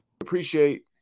Appreciate